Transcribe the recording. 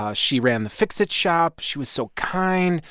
ah she ran the fix-it shop. she was so kind,